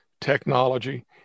technology